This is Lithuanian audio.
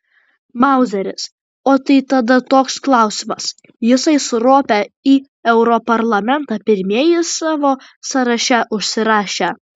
mauzeris o tai tada toks klausimas jisai su rope į europarlamentą pirmieji savo sąraše užsirašę